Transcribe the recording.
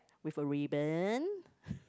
with a ribbon